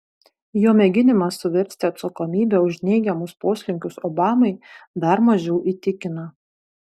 jo mėginimas suversti atsakomybę už neigiamus poslinkius obamai dar mažiau įtikina